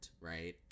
right